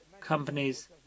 companies